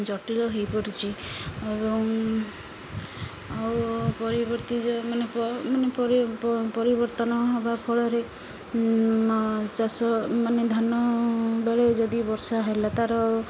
ଜଟିଳ ହେଇପାରୁଚି ଏବଂ ଆଉ ପରିବର୍ତ୍ତିତ ମାନେ ମାନେ ପରିବର୍ତ୍ତନ ହବା ଫଳରେ ଚାଷ ମାନେ ଧାନ ବେଳେ ଯଦି ବର୍ଷା ହେଲା ତା'ର